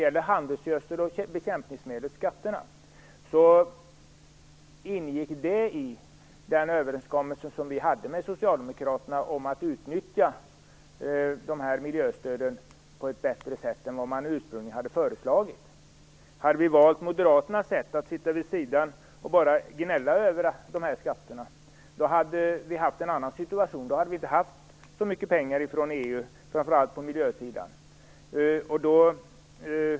Skatterna på bekämpningsmedel och handelsgödsel ingick i den överenskommelse som vi träffade med socialdemokraterna om att utnyttja miljöstöden på ett bättre sätt än vad som ursprungligen hade föreslagits. Hade vi valt att göra som moderaterna, att sitta vid sidan och bara gnälla över dessa skatter, hade situationen varit annorlunda. Då hade man inte fått så mycket pengar från EU, framför allt på miljösidan.